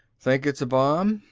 think it's a bomb?